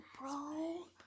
bro